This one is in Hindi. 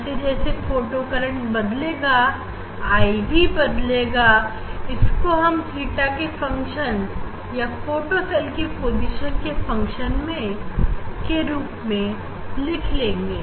जैसे जैसे फोटो करंट बदलेगा I भी बदलेगा और इसको हम theta के फंक्शन या फोटो सेल के पोजीशन के फंक्शन के रूप में लिखेंगे